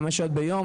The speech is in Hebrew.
חמש ביום,